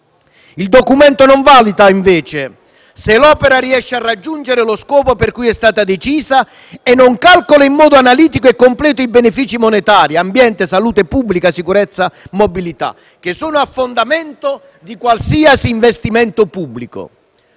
Il documento non valuta invece se l'opera riesce a raggiungere lo scopo per cui è stata decisa e non calcola in modo analitico e completo i benefici monetari (ambiente, salute pubblica, sicurezza, mobilità) che sono a fondamento di qualsiasi investimento pubblico.